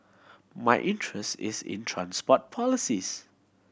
my interest is in transport policies